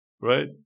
right